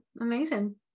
amazing